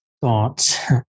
thoughts